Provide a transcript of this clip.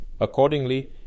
Accordingly